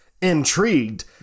intrigued